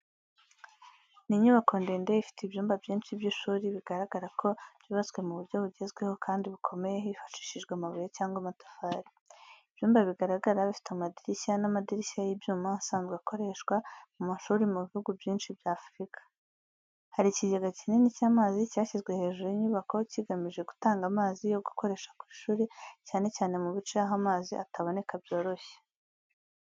Ni inyubako ndende ifite ibyumba byinshi by’ishuri, bigaragara ko byubatswe mu buryo bugezweho kandi bukomeye hifashishijwe amabuye cyangwa amatafari. Ibyumba bigaragara bifite amadirishya n’amadirishya y’ibyuma asanzwe akoreshwa mu mashuri mu bihugu byinshi bya Afurika. Hari ikigega kinini cy’amazi cyashyizwe hejuru y’inyubako, cyigamije gutanga amazi yo gukoresha ku ishuri cyane cyane mu bice aho amazi ataboneka byoroshye.